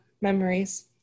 memories